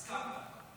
הסכמת.